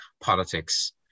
politics